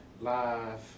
Live